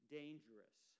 dangerous